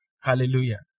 Hallelujah